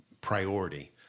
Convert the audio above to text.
priority